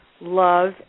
love